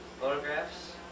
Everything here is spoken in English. photographs